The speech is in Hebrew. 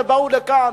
שבאו לכאן.